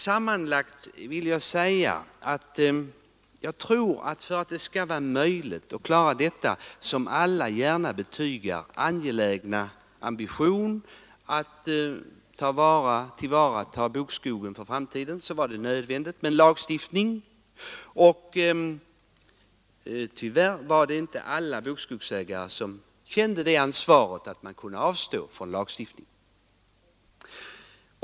Sammanfattningsvis vill jag säga att jag tror att det är nödvändigt med lagstiftning om det skall bli möjligt att infria den, som alla gärna intygar, angelägna ambitionen att tillvarata bokskogen för framtiden. Tyvärr känner inte alla bokskogsägare ett sådant ansvar att vi kan avstå från lagstiftning.